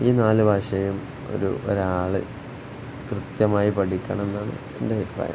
ഈ നാല് ഭാഷയും ഒരു ഒരാൾ കൃത്യമായി പഠിക്കണം എന്നാണ് എൻ്റെ അഭിപ്രായം